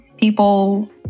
people